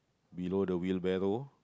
below the wheelbarrow